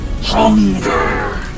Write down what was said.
hunger